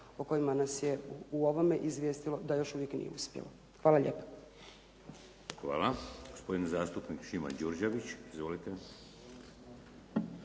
o kojima nas je u ovome izvijestilo da još uvijek nije uspjelo. Hvala lijepa. **Šeks, Vladimir (HDZ)** Hvala. Gospodin zastupnik Šimo Đurđević. Izvolite.